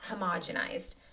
homogenized